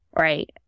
right